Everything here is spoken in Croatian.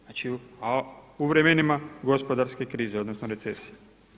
Znači, a u vremenima gospodarske krize, odnosno recesije.